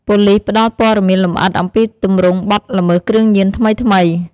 ប៉ូលិសផ្ដល់ព័ត៌មានលម្អិត អំពីទម្រង់បទល្មើសគ្រឿងញៀនថ្មីៗ។